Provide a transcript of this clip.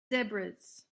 zebras